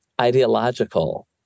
ideological